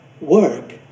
work